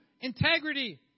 integrity